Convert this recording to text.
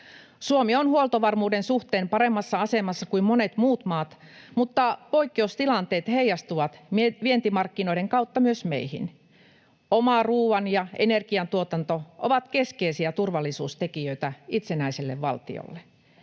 Suomi on huoltovarmuuden suhteen paremmassa asemassa kuin monet muut maat, mutta poikkeustilanteet heijastuvat vientimarkkinoiden kautta myös meihin. Oma ruoan- ja energiantuotanto ovat keskeisiä turvallisuustekijöitä itsenäiselle valtiolle.